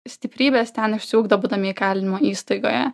stiprybės ten išsiugdo būdami įkalinimo įstaigoje